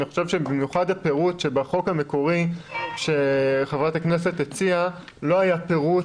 אני חושב שבמיוחד בפירוט שבחוק המקורי שחברת הכנסת הציעה לא היה פירוט